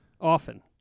Often